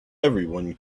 everyone